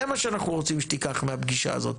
זה מה שאנחנו רוצים שתיקח מהפגישה הזאת.